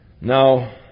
Now